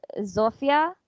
Zofia